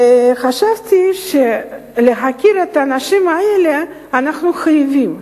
וחשבתי שלהכיר את האנשים האלה אנחנו חייבים,